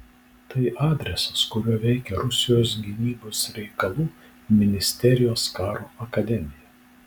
tai adresas kuriuo veikia rusijos gynybos reikalų ministerijos karo akademija